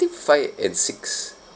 five and six